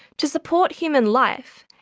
to support human life,